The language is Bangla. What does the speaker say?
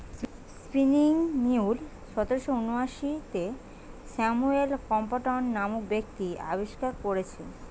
স্পিনিং মিউল সতেরশ ঊনআশিতে স্যামুয়েল ক্রম্পটন নামক ব্যক্তি আবিষ্কার কোরেছে